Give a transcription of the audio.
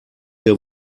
der